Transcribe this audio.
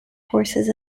horses